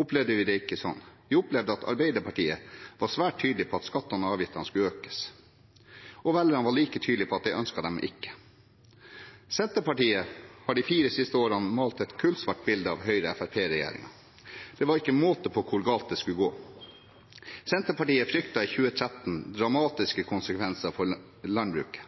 opplevde vi det ikke sånn. Vi opplevde at Arbeiderpartiet var svært tydelig på at skattene og avgiftene skulle økes, og velgerne var like tydelige på at det ønsket de ikke. Senterpartiet har de fire siste årene malt et kullsvart bilde av Høyre–Fremskrittsparti-regjeringen. Det var ikke måte på hvor galt det skulle gå. Senterpartiet fryktet i 2013 dramatiske konsekvenser for landbruket, da de varslet matkrise og en rasering av landbruket.